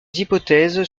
hypothèses